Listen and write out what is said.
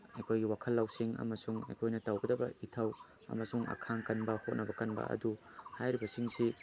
ꯑꯩꯈꯣꯏꯒꯤ ꯋꯥꯈꯜ ꯂꯧꯁꯤꯡ ꯑꯃꯁꯨꯡ ꯑꯩꯈꯣꯏꯅ ꯇꯧꯒꯗꯕ ꯏꯊꯧ ꯑꯃꯁꯨꯡ ꯑꯈꯥꯡ ꯀꯟꯕ ꯍꯣꯠꯅꯕ ꯀꯟꯕ ꯑꯗꯨ ꯍꯥꯏꯔꯤꯕꯁꯤꯡꯁꯤ